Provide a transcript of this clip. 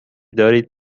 دارید